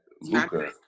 Luca